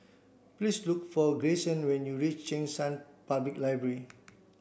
please look for Grayson when you reach Cheng San Public Library